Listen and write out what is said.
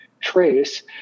trace